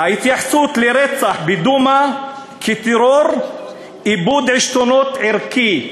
"ההתייחסות לרצח בדומא כטרור איבוד עשתונות ערכי".